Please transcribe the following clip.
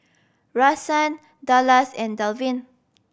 Rahsaan Dallas and Dalvin